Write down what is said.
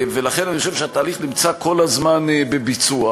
ולכן אני חושב שהתהליך נמצא כל הזמן בביצוע,